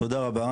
תודה רבה,